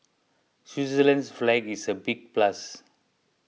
Switzerland's flag is a big plus